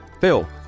Bill